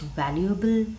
valuable